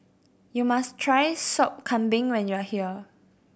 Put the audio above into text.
you must try Sop Kambing when you are here